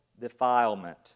Defilement